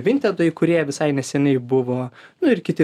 vintedo įkūrėja visai neseniai buvo nu ir kiti